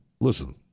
listen